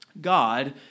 God